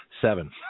seven